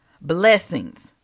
blessings